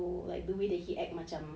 so like the way that he act macam